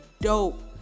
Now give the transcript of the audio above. dope